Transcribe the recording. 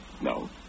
No